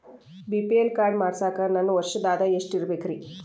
BPL card ಮಾಡ್ಸಾಕ ನನ್ನ ವರ್ಷದ್ ಆದಾಯ ಎಷ್ಟ ಇರಬೇಕ್ರಿ?